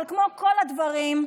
אבל כמו כל הדברים,